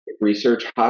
research